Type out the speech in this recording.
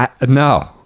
No